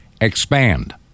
expand